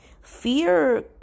fear